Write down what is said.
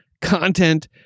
content